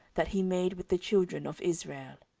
that he made with the children of israel.